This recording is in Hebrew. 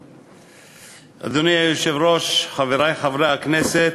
אדוני היושב-ראש, חברי חברי הכנסת,